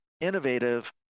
innovative